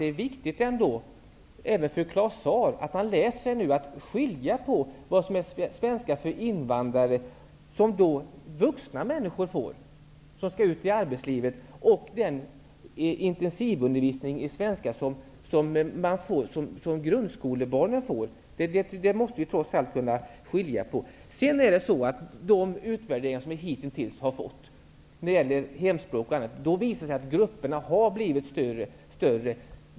Det är viktigt även för Claus Zaar att lära sig skilja mellan Svenska för invandrare, som är den undervisning som vuxna som skall ut i arbetslivet får, och den intensivundervisning i svenska som grundskolebarnen får. Det måste vi trots allt kunna skilja på. Enligt de utvärderingar som hitintills har gjorts har grupperna blivit större.